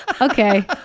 Okay